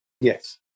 Yes